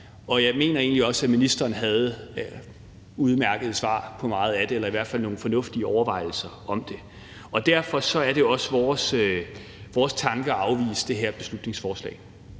og jeg mener egentlig også, at ministeren havde udmærkede svar på meget af det eller i hvert fald nogle fornuftige overvejelser om det. Derfor er det også vores tanke at afvise det her beslutningsforslag.